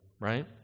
right